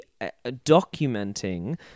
documenting